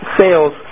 sales